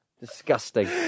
Disgusting